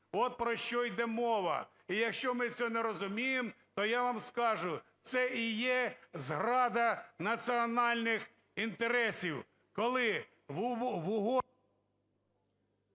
От про що йде мова. І якщо ми цього не розуміємо, то я вам скажу, це і є зрада національних інтересів, коли в угоду…